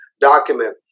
document